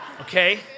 Okay